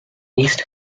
east